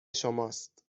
شماست